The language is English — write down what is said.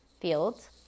fields